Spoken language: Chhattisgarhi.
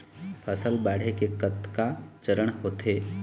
फसल बाढ़े के कतका चरण होथे?